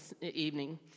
evening